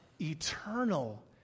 eternal